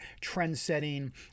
trend-setting